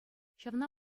ҫавна